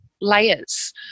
layers